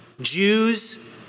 Jews